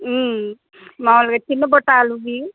మామూలుగా చిన్న బూటాలువి